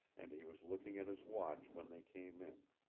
and he was looking at his watch when they came in.